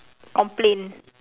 complain